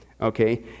Okay